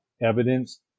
evidence